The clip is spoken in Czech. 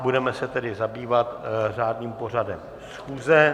Budeme se zabývat řádným pořadem schůze.